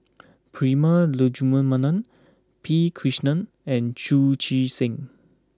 Prema Letchumanan P Krishnan and Chu Chee Seng